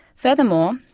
furthermore,